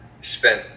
spent